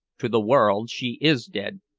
to the world she is dead,